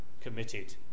committed